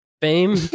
fame